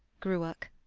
gruach.